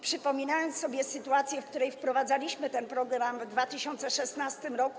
Przypominam sobie sytuację, w której wprowadzaliśmy ten program w 2016.